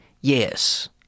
Yes